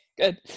Good